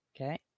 Okay